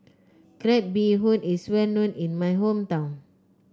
Crab Bee Hoon is well known in my hometown